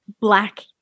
Black